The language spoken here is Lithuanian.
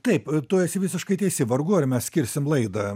taip tu esi visiškai teisi vargu ar mes skirsim laidą